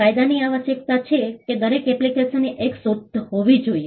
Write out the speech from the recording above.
કાયદાની આવશ્યકતા છે કે દરેક એપ્લિકેશનની એક જ શોધ હોવી જોઈએ